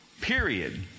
period